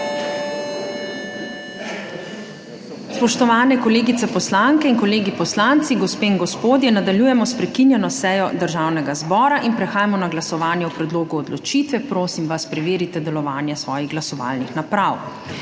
Spoštovane kolegice poslanke in kolegi poslanci, gospe in gospodje! Nadaljujemo s prekinjeno sejo Državnega zbora. Prehajamo na glasovanje o predlogu odločitve. Prosim vas, preverite delovanje svojih glasovalnih naprav.